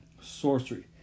sorcery